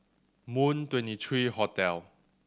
Moon Twenty three Hotel